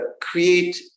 create